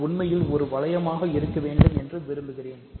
இது உண்மையில் ஒரு வளையமாக இருக்க வேண்டும் என்று விரும்புகிறேன்